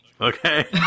Okay